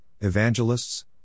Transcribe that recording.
evangelists